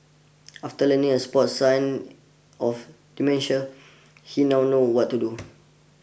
after learning a spot sign of dementia he now knows what to do